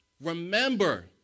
remember